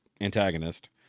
antagonist